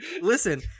Listen